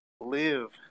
live